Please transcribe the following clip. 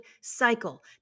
cycle